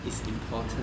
is important